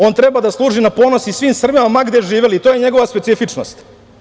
On treba da služi na ponos i svim Srbima, ma gde živeli i to je njegova specifičnost.